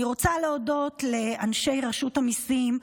אני רוצה להודות לאנשי רשות המיסים,